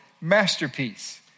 Masterpiece